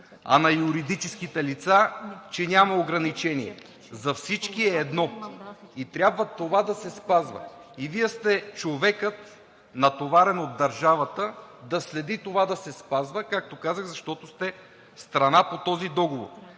а на юридическите лица, че няма ограничение. За всички е едно и трябва това да се спазва. Вие сте човекът, натоварен от държавата, да следи това да се спазва, както казах, защото сте страна по този договор.